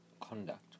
conduct